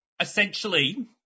essentially